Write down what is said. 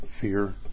fear